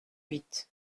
huit